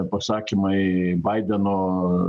pasakymai baideno